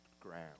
ground